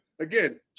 again